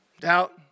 doubt